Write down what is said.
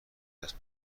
دست